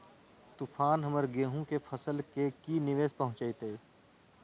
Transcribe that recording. तूफान हमर गेंहू के फसल के की निवेस पहुचैताय?